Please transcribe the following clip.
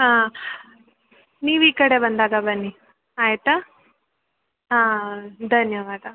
ಹಾಂ ನೀವು ಈ ಕಡೆ ಬಂದಾಗ ಬನ್ನಿ ಆಯಿತಾ ಹಾಂ ಧನ್ಯವಾದ